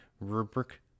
rubric